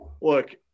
look